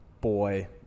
boy